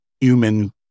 human